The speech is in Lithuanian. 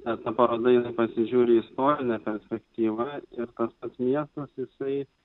ta ta paroda jinai pasižiūri į istorinę perspektyvą ir tas pats miestas jisai